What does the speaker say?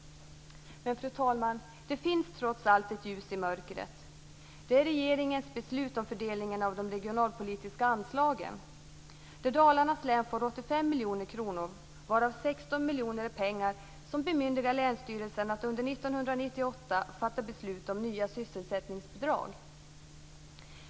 Fru talman! Det finns trots allt ett ljus i mörkret. Det är regeringens beslut om fördelningen av de regionalpolitiska anslagen. Dalarnas län får 85 miljoner kronor, varav 16 miljoner är pengar som bemyndigar länsstyrelsen att under 1998 fatta beslut om nya sysselsättningsbidrag.